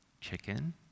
chicken